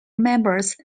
members